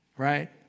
Right